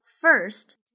first